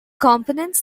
components